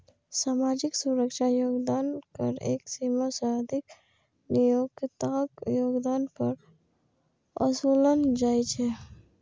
सामाजिक सुरक्षा योगदान कर एक सीमा सं अधिक नियोक्ताक योगदान पर ओसूलल जाइ छै